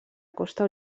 costa